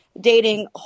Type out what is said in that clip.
dating